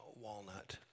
Walnut